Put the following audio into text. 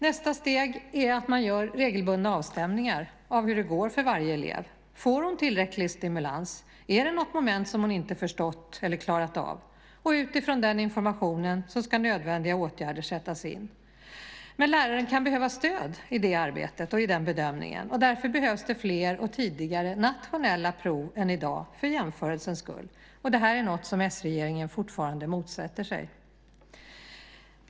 Nästa steg är att man gör regelbundna avstämningar för varje elev. Får hon tillräckligt med stimulans? Är det något moment som hon inte har förstått eller klarat av? Utifrån den informationen ska nödvändiga åtgärder sättas in. Men lärare kan behöva stöd i den bedömningen. Därför behövs det fler och tidigare nationella prov i dag, för jämförelsens skull. Detta är något som s-regeringen fortfarande motsätter sig.